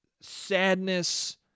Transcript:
sadness